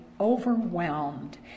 overwhelmed